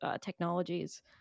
technologies